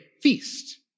feast